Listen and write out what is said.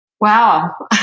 Wow